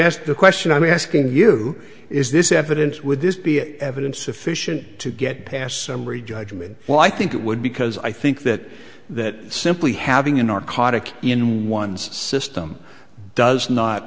asked the question i'm asking you is this evidence would this be evidence sufficient to get past summary judgment well i think it would because i think that that simply having a narcotic in one's system does not